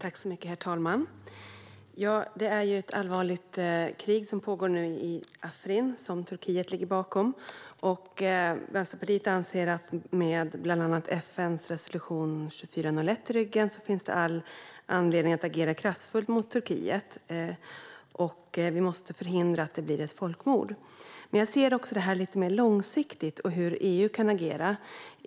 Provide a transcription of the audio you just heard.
Herr talman! Det är ett allvarligt krig som nu pågår i Afrin och som Turkiet ligger bakom. Vänsterpartiet anser att det med bland annat FN:s resolution 2401 i ryggen finns all anledning att agera kraftfullt mot Turkiet. Vi måste förhindra att det blir ett folkmord. Men jag ser också detta lite mer långsiktigt i fråga om hur EU kan agera.